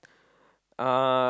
uh